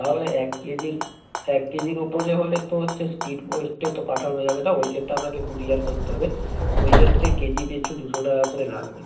তাহলে এক কেজির এক কেজির উপরে হলে তো হচ্ছে স্পিড পোস্টে তো পাঠানো যাবে না ওইক্ষেত্রে আপনাকে ক্যুরিয়ার করতে হবে ওইক্ষেত্রে কেজি পিছু দুশো টাকা করে লাগবে